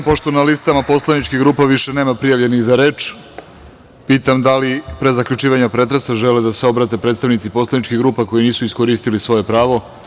Pošto na listama poslaničkih grupa više nema prijavljenih za reč, pitam da li pre zaključivanja pretresa žele da se obrate predstavnici poslaničkih grupa koji nisu iskoristili svoje pravo?